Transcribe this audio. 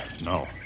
No